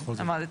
כן, אמרתי.